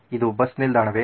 ಇದು ಬಸ್ ನಿಲ್ದಾಣವೇ